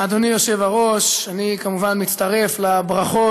אדוני היושב-ראש, אני כמובן מצטרף לברכות.